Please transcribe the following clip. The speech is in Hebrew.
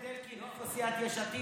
חבר הכנסת אלקין, איפה סיעת יש עתיד?